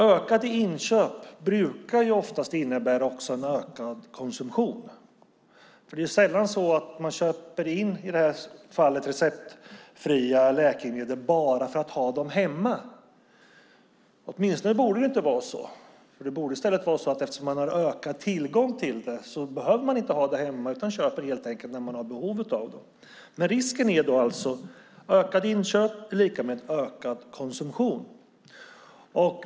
Ökade inköp brukar oftast innebära också en ökad konsumtion. Det är sällan så att man köper receptfria läkemedel bara för att ha dem hemma. Åtminstone borde det inte vara så. Det borde i stället vara så att eftersom man har större tillgång till det behöver man inte ha det hemma utan köper det när man har behov av det. Men risken är att ökade inköp är lika med ökad konsumtion.